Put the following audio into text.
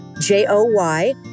j-o-y